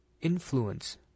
influence